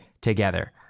together